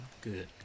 Good